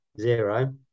Zero